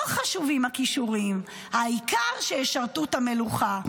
לא חשובים הכישורים, העיקר שישרתו את המלוכה.